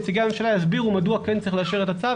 נציגי הממשלה יסבירו מדוע כן צריך לאשר את הצו,